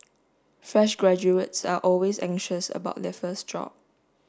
fresh graduates are always anxious about their first job